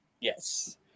Yes